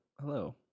Hello